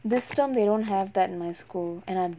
this term they don't have that in my school damn